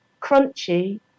crunchy